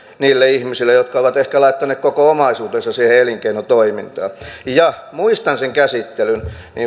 niille ihmisille jotka ovat ehkä laittaneet koko omaisuutensa siihen elinkeinotoimintaan muistan sen käsittelyn